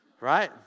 right